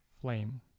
Flame